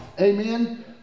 Amen